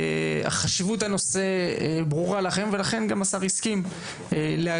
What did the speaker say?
חשיבות הנושא ברורה לאחרים ולכן גם השר הסכים להגיע,